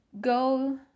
go